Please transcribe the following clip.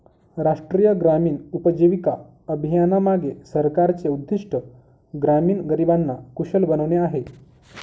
राष्ट्रीय ग्रामीण उपजीविका अभियानामागे सरकारचे उद्दिष्ट ग्रामीण गरिबांना कुशल बनवणे आहे